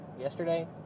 yesterday